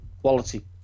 Quality